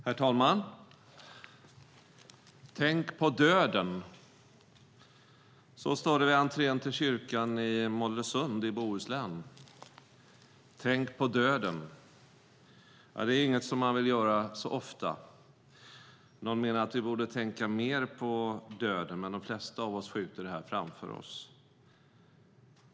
Herr talman! "Tänk på döden" - så står det vid entrén till kyrkan i Mollösund i Bohuslän. Tänk på döden! Det är ju inget som man vill göra så ofta. Någon menar att vi borde tänka mer på döden, men de flesta av oss skjuter det här framför oss.